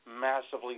massively